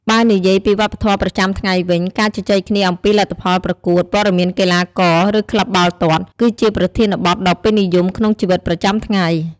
បើនិយាយពីវប្បធម៌ប្រចាំថ្ងៃវិញ ការជជែកគ្នាអំពីលទ្ធផលប្រកួត ព័ត៌មានកីឡាករ ឬក្លឹបបាល់ទាត់ គឺជាប្រធានបទដ៏ពេញនិយមក្នុងជីវិតប្រចាំថ្ងៃ។